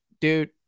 dude